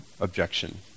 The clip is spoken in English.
objection